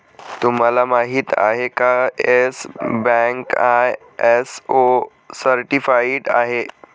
तुम्हाला माहिती आहे का, येस बँक आय.एस.ओ सर्टिफाइड आहे